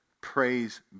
Praise